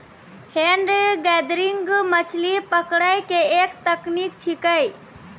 hand gathering मछली पकड़ै के एक तकनीक छेकै